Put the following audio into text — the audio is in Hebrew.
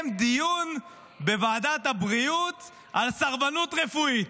דיון בוועדת הבריאות על סרבנות רפואית.